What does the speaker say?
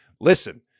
listen